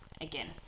again